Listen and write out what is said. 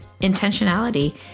intentionality